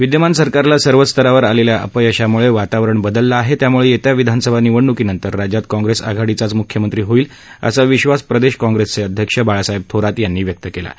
विदयमान सरकारला सर्वच स्तरावर आलेल्या अपयशामुळे वातावरण बदललं आहे त्यामुळे येत्या विधानसभा निवडण्कीनंतर राज्यात काँग्रेस आघाडीचाच मुख्यमंत्री असेल असा विश्वास प्रदेश काँग्रेसचे अध्यक्ष बाळासाहेब थोरात यांनी व्यक्त केला आहे